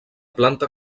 planta